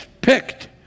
picked